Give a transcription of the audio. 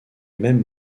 mêmes